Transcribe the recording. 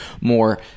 more